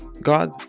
God